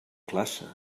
classe